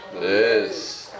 Yes